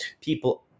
people –